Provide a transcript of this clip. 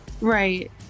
right